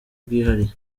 bwihariye